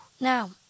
Now